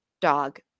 dog